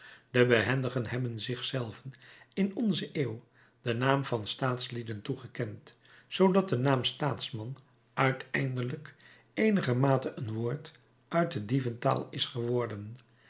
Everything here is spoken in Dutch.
de behendigen hebben zich zelven in onze eeuw den naam van staatslieden toegekend zoodat de naam staatsman uiteindelijk eenigermate een woord uit de dieventaal is geworden